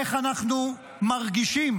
איך אנחנו מרגישים,